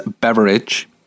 beverage